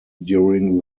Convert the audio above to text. during